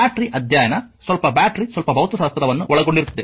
battery ಅಧ್ಯಯನ ಸ್ವಲ್ಪ battery ಸ್ವಲ್ಪ ಭೌತಶಾಸ್ತ್ರವನ್ನು ಒಳಗೊಂಡಿರುತ್ತದೆ